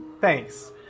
Thanks